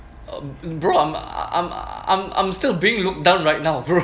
um bro I'm I'm I'm I'm still being look down right now bro